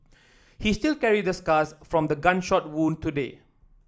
he still carry the scars from the gunshot wound today